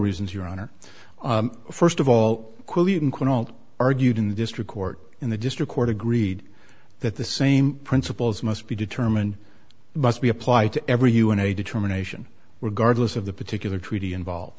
reasons your honor first of all argued in the district court in the district court agreed that the same principles must be determined must be applied to every un a determination regardless of the particular treaty involved